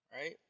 right